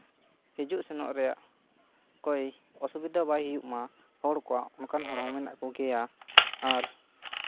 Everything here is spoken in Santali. ᱦᱤᱡᱩᱜ ᱥᱮᱱᱚᱜ ᱨᱮᱭᱟᱜ ᱠᱚᱭ ᱚᱥᱩᱵᱤᱫᱷᱟ ᱵᱟᱭ ᱦᱩᱭᱩᱜ ᱢᱟ ᱦᱚᱲ ᱠᱚᱣᱟᱜ ᱚᱱᱠᱟᱱ ᱦᱚᱲ ᱦᱚᱸ ᱢᱮᱱᱟᱜ ᱠᱚᱜᱮᱭᱟ ᱟᱨ